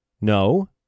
No